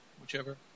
whichever